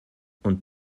und